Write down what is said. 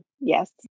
Yes